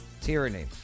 tyranny